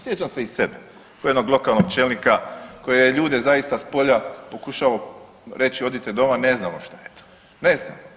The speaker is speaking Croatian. Sjećam se i sebe kao jednog lokalnog čelnika koji je ljude zaista s polja pokušao reći odite doma, ne znamo šta je to, ne znamo.